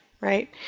right